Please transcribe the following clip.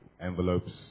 envelopes